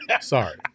Sorry